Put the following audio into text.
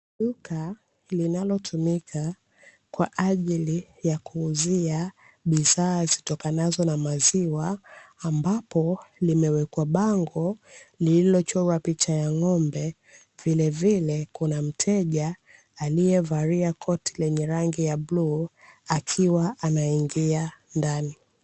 Duka linalotumika kwa ajili ya kuuzia bidhaa zitokanazo na maziwa, ambapo limewekwa bango lililochorwa picha ya ng'ombe, vilevile kuna mteja aliyevalia koti lenye rangi ya bluu akiwa anaingia ndani.